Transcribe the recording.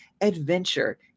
adventure